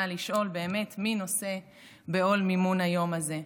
לשאול באמת: מי נושא בעול מימון היום הזה?